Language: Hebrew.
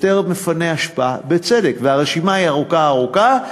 יותר מפני אשפה, בצדק, והרשימה היא ארוכה ארוכה.